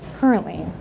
Currently